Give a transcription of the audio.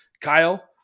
Kyle